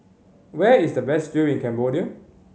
where is the best do in Cambodia